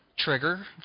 trigger